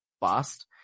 bust